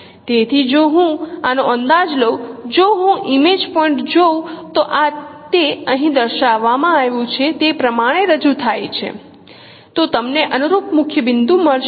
તેથી જો હું આનો અંદાજ લઉં જો હું ઈમેજ પોઇન્ટ જોઉં તો આ તે અહીં દર્શાવવામાં આવ્યું છે તે પ્રમાણે રજૂ થાય છે તો તમને અનુરૂપ મુખ્ય બિંદુ મળશે